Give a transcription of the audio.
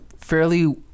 fairly